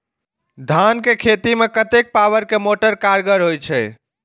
धान के खेती में कतेक पावर के मोटर कारगर होई छै?